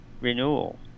renewal